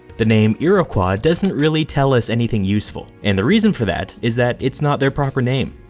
the name iroquois doesn't really tell us anything useful, and the reason for that is that it's not their proper name.